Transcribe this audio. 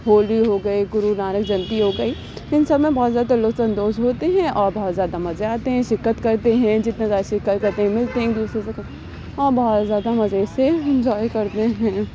ہولی ہو گئی گرو نانک جینتی ہو گئی ان سب میں بہت زیادہ لطف اندوز ہوتے ہیں اور بہت زیادہ مزے آتے ہیں شرکت کرتے ہیں جتنا زیادہ شرکت کرتے ہیں ملتے ہیں ایک دوسرے سے اور بہت زیادہ مزے سے انجوائے کرتے ہیں